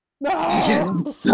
No